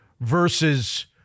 versus